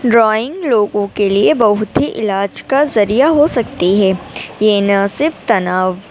drawing لوگوں کے لیے بہت ہی علاج کا ذریعہ ہو سکتی ہے یہ نہ صرف تناؤ